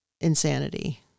insanity